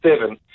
seven